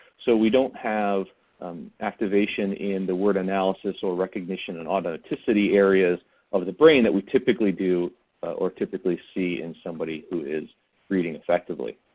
so we don't have activation in the word analysis or recognition and automaticity areas of the brain that we typically do or typically see in somebody who is reading effectively.